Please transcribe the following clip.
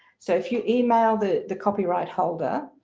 so if you email the, the copyright holder,